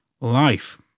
life